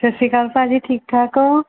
ਸਤਿ ਸ਼੍ਰੀ ਅਕਾਲ ਭਾਅ ਜੀ ਠੀਕ ਠਾਕ ਹੋ